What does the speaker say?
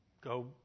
Go